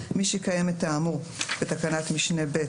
(ד) מי שקיים את האמור בתקנת משנה (ב)